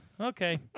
Okay